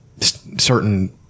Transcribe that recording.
certain